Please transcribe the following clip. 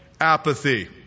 apathy